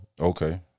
Okay